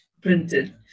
printed